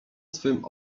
swym